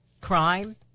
Crime